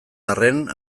arren